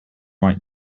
write